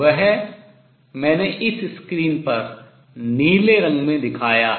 वह मैंने इस स्क्रीन पर नीले रंग में दिखाया है